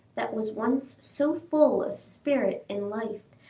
that was once so full of spirit and life,